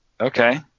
Okay